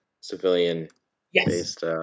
civilian-based